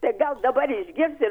tai gal dabar išgirs ir